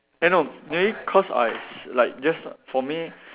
eh no maybe cause I s~ like just for me